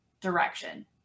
direction